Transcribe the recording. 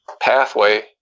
pathway